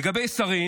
לגבי שרים